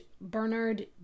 Bernard